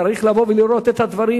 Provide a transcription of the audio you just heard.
צריך לבוא ולראות את הדברים,